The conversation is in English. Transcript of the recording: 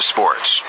Sports